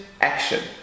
Action